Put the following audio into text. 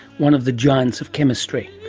one of the giants of chemistry.